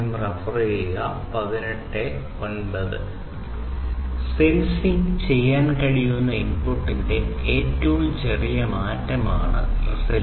sensing ചെയ്യാൻ കഴിയുന്ന ഇൻപുട്ടിന്റെ ഏറ്റവും ചെറിയ മാറ്റമാണ് റെസല്യൂഷൻ